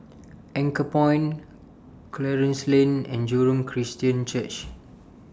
Anchorpoint Clarence Lane and Jurong Christian Church